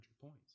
points